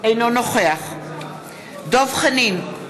אינו נוכח דב חנין,